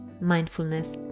mindfulness